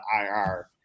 IR